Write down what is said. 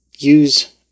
Use